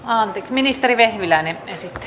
ministeri vehviläinen esittelee